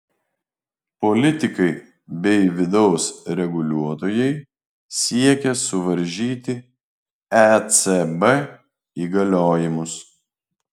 politikai bei vidaus reguliuotojai siekia suvaržyti ecb įgaliojimus